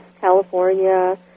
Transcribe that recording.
California